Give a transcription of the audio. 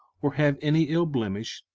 or have any ill blemish,